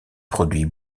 produit